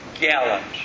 gallons